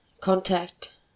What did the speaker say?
contact